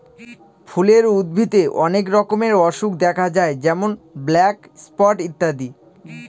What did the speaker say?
ফুলের উদ্ভিদে অনেক রকমের অসুখ দেখা যায় যেমন ব্ল্যাক স্পট ইত্যাদি